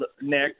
Nick